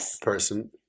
person